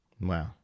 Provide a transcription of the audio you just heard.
Wow